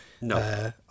No